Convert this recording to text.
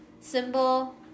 symbol